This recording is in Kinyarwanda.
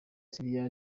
syria